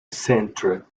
centre